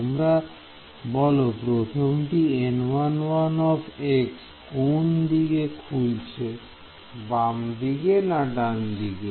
তোমরা বলো প্রথমটি কোন দিকে খুলছে বামদিকে না ডানদিকে